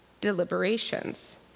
deliberations